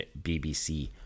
BBC